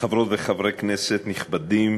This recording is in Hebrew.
חברות וחברי כנסת נכבדים,